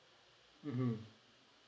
mmhmm